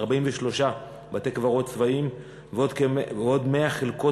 43 בתי-קברות צבאיים ועוד 100 חלקות